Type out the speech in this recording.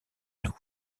nous